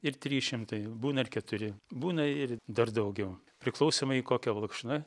ir trys šimtai būna ir keturi būna ir dar daugiau priklausomai kokia valkšna